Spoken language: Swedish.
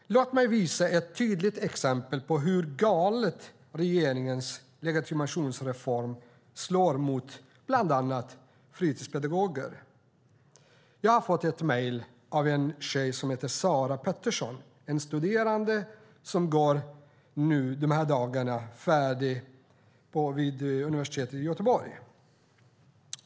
Låt mig visa ett tydligt exempel på hur galet regeringens legitimationsreform slår mot bland annat fritidspedagoger. Jag har fått ett mejl från en tjej som heter Sara Petersson. Det är en studerande som nu i dagarna går färdigt en utbildning vid universitetet i Göteborg.